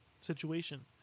situation